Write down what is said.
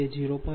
1 j0